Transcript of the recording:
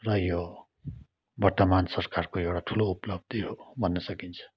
र यो वर्तमान सरकारको एउटा ठुलो उपलब्धि हो भन्न सकिन्छ